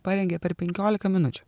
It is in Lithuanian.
parengė per penkiolika minučių